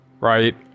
Right